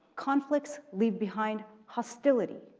conflicts leave behind hostility,